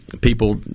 people